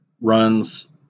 runs